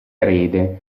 erede